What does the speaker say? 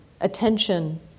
attention